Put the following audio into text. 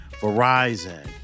Verizon